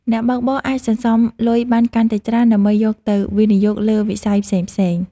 អ្នកបើកបរអាចសន្សំលុយបានកាន់តែច្រើន ដើម្បីយកទៅវិនិយោគលើវិស័យផ្សេងៗ។